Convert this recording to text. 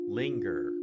linger